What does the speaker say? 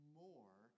more